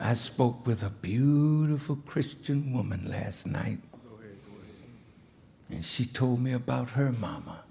i spoke with a beautiful christian woman last night and she told me about her m